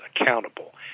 accountable